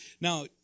Now